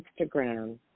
Instagram